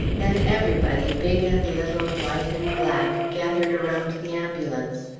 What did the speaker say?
then everybody, big and little, white and black, gathered around the ambulance.